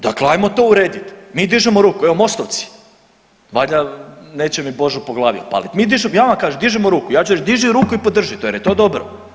Dakle ajmo to urediti, mi dižemo ruku, evo mostovci, valjda, neće mi Božo po glavi opaliti, mi dižemo, ja vam kažem, dižemo ruku, ja ću reći diži ruku i podrži jer je to dobro.